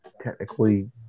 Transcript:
technically